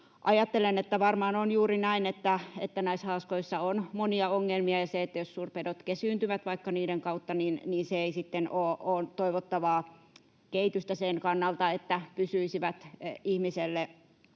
Ajattelen, että varmaan on juuri näin, että näissä haaskoissa on monia ongelmia, ja se, jos suurpedot vaikka kesyyntyvät niiden kautta, ei sitten ole toivottavaa kehitystä sen kannalta, että ne pysyisivät ihmiselle